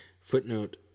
Footnote